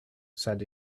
said